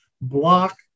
block